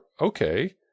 okay